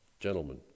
Gentlemen